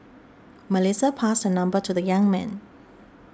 Melissa passed her number to the young man